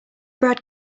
brad